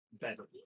better